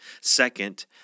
Second